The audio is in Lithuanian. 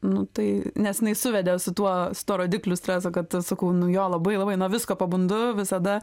nu tai nes jinai suvedė su tuo su tuo rodikliu streso kad sakau nu jo labai labai nuo visko pabundu visada